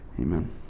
amen